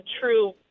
true